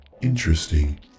interesting